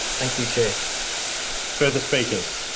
thank you, chair further speakers?